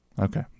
Okay